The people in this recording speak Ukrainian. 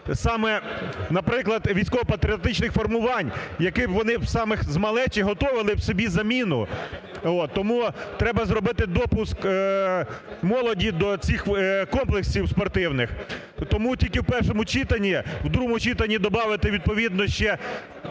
саме, наприклад, військово-патріотичних формувань, які б вони саме з малечі готовили б собі заміну. Тому треба зробити допуск молоді до цих комплексів спортивних. Тому тільки в першому читанні, в другому читанні добавити відповідно ще